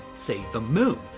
say, the moon,